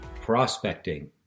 Prospecting